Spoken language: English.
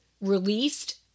released